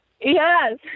Yes